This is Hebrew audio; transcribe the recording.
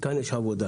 כאן יש עבודה.